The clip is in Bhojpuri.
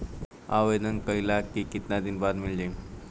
आवेदन कइला के कितना दिन बाद मिल जाई?